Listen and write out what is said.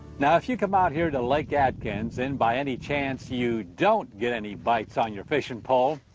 now, if you come out here to lake atkins and by any chance you don't get any bites on your fishing pole,